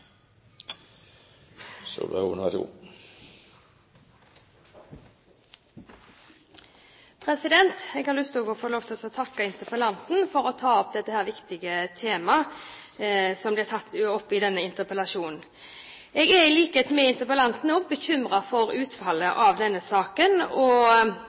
jeg har lyst til å takke interpellanten for å ta opp det viktige temaet som han har tatt opp i denne interpellasjonen. Jeg er, i likhet med interpellanten, bekymret for utfallet av denne saken. Jeg vil nesten beklage at vi ikke har hatt denne debatten før, for